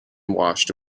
washed